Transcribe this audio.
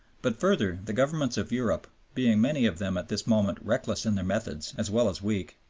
but further, the governments of europe, being many of them at this moment reckless in their methods as well as weak,